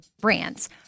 brands